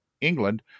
england